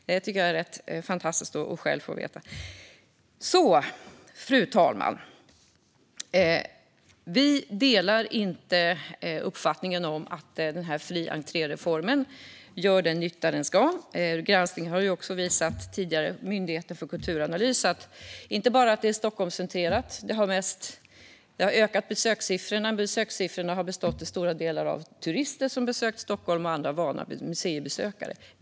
Det tycker jag själv är fantastiskt att få veta. Fru talman! Vi delar inte uppfattningen att denna fri entré-reform gör den nytta som den ska. Granskningen av Myndigheten för kulturanalys har tidigare visat att den inte bara är Stockholmscentrerad utan också har ökat besökssiffrorna. Besökarna har till stor del bestått av turister som har besökt Stockholm och av andra vana museibesökare.